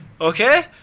Okay